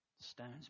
stone's